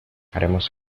haremos